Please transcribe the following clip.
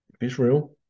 Israel